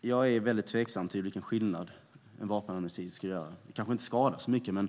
Jag är väldigt tveksam till vilken skillnad en vapenamnesti gör. Den kanske inte skadar så mycket. Men